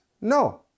no